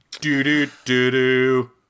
Do-do-do-do